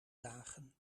dagen